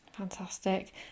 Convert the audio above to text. Fantastic